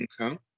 Okay